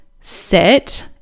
sit